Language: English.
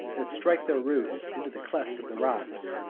that strike their roots into the clefts of the rocks,